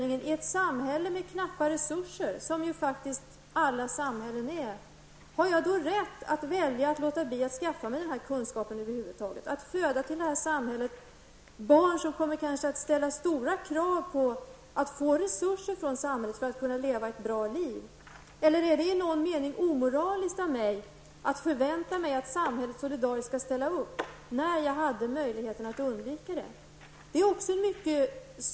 I ett samhälle med knappa resurser, som ju alla samhällen har, har jag då rätt att välja att låta bli att skaffa den här kunskapen? Har jag rätt att till det här samhället föda barn, som kanske kommer att ställa krav på resurser från samhället för att de skall kunna leva ett bra liv? Eller är det omoraliskt av mig att förvänta mig att samhället solidariskt skall ställa upp, när jag hade möjligheten att undvika att hamna i en sådan situation?